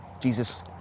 Jesus